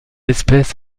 espèce